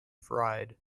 fried